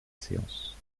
séance